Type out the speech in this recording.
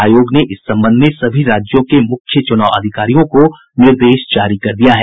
आयोग ने इस संबंध में सभी राज्यों के मुख्य चुनाव अधिकारियों को निर्देश जारी कर दिया है